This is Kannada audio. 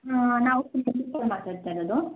ನಾವು ಮಾತಾಡ್ತಾ ಇರೋದು